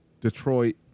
Detroit